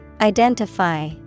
Identify